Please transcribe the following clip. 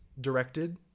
directed